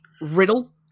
Riddle